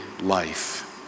life